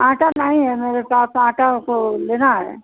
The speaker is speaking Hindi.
आटा नहीं है मेरे पास आटा तो लेना है